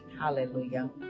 Hallelujah